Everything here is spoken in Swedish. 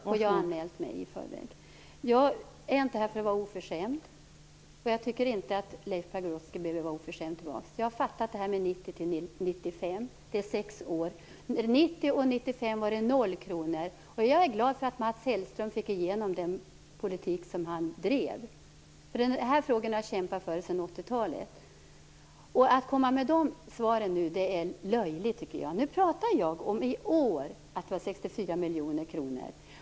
Fru talman! Jag har dessutom anmält mig i förväg. Jag är inte här för att vara oförskämd, och jag tycker inte att Leif Pagrotsky behöver vara det heller. Jag har fattat det hela som att mellan 1990 och 1995 är det sex år, och att under denna period var siffran noll kronor. Jag är glad för att Mats Hellström fick igenom den politik han drev. De här frågorna har jag nämligen kämpat för sedan 80-talet. Det är löjligt att komma med de här svaren nu, tycker jag. Jag pratar om i år, och att siffran är 64 miljoner kronor.